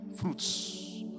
fruits